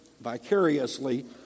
vicariously